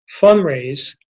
fundraise